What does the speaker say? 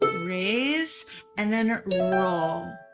raise and then roll.